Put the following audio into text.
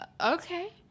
okay